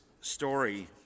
story